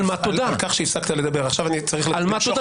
לבין הזכות של פרט מתוך הקהילה להגן על זכותו